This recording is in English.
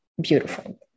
beautiful